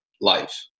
life